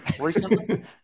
recently